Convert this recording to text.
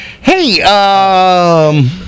Hey